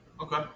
Okay